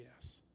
yes